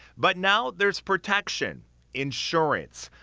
but now there's protection insurance.